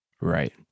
Right